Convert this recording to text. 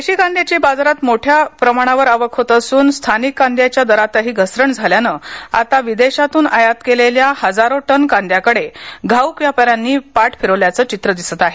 देशी कांद्याची बाजारात मोठ्या प्रमाणावर आवक होत असून स्थानिक कांद्याच्या दरातही घसरण झाल्यानं आता विदेशातून आयात केल्या गेलेल्या हजारो टन कांद्याकडे घाऊक व्यापाऱ्यांनीही पाठ फिरवल्याचे चित्र दिसत आहे